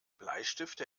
bleistifte